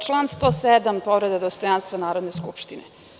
Član 107, povreda dostojanstva Narodne skupštine.